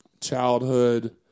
childhood